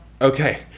Okay